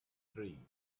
three